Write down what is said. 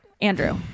andrew